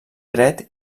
dret